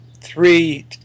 three